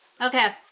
Okay